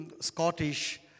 Scottish